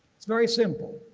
it's very simple.